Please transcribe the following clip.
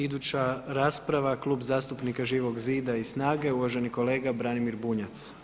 Iduća rasprava Klub zastupnika Živog zida i SNAGA-e uvaženi kolega Branimir Bunjac.